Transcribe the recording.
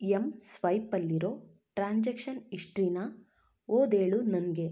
M ಸ್ವೈಪಲ್ಲಿರೋ transaction ಹಿಷ್ಟ್ರೀನಾ ಓದೇಳು ನನಗೆ